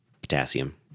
potassium